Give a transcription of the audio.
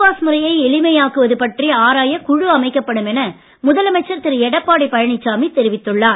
pass முறையை எளிமையாக்குவது பற்றி ஆராய குழு அமைக்கப்படும் என முதலமைச்சர் திரு எடப்பாடி பழனிசாமி தெரிவித்துள்ளார்